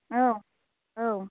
औ औ